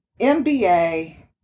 MBA